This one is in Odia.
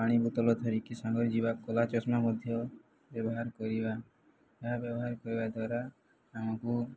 ପାଣି ବୋତଲ ଧରିକି ସାଙ୍ଗରେ ଯିବା କଳା ଚଷମା ମଧ୍ୟ ବ୍ୟବହାର କରିବା ଏହା ବ୍ୟବହାର କରିବା ଦ୍ୱାରା ଆମକୁ